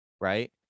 right